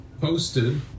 posted